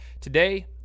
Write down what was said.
Today